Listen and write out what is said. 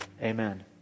Amen